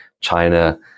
China